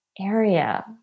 area